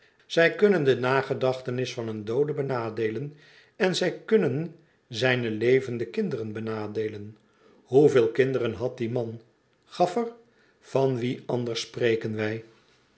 zij kunnen de nagedachtenis van een doode benadeelen en zij kunnen zijne levende kinderen benadeelen hoeveel kinderen had die man gaffer van wien anders spreken wij